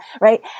right